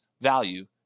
value